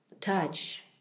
touch